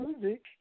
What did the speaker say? music